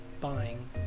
buying